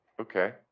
Okay